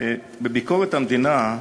בביקורת המדינה,